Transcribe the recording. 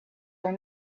are